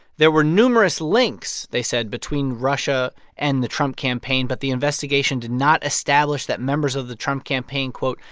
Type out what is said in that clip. there were numerous links, they said, between russia and the trump campaign. but the investigation did not establish that members of the trump campaign, quote,